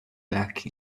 back